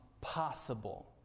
possible